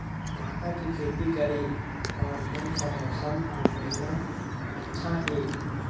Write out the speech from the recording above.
भांटा के खेती करे बार कोन सा मौसम अउ महीना अच्छा हे?